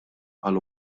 għal